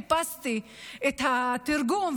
חיפשתי את התרגום,